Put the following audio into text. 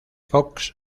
fox